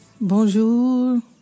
Bonjour